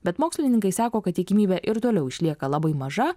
bet mokslininkai sako kad tikimybė ir toliau išlieka labai maža